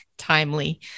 timely